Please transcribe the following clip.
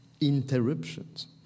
interruptions